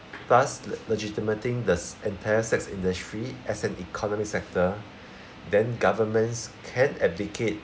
thus t~ legitimating this entire sex industry as an economy sector then governments can abdicate